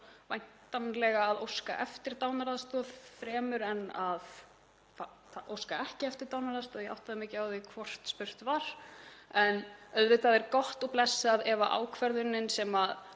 varðandi það að óska eftir dánaraðstoð fremur en að óska ekki eftir dánaraðstoð. Ég áttaði mig ekki á því hvort spurt var en auðvitað er gott og blessað ef ákvörðunin sem